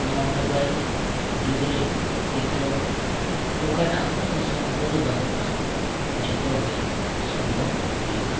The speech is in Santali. ᱱᱚᱣᱟ ᱢᱳᱵᱟᱭᱤᱞ ᱡᱩᱜᱽ ᱨᱮ ᱱᱤᱛᱚᱜ ᱚᱠᱟᱴᱟᱜ ᱦᱚᱸ ᱚᱥᱚᱢᱵᱷᱚᱵ ᱫᱚ ᱵᱟᱹᱱᱩᱜᱼᱟ ᱡᱚᱛᱚ ᱜᱮ ᱥᱚᱢᱵᱷᱚᱵ ᱦᱩᱭᱩᱜ ᱠᱟᱱᱟ